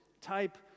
type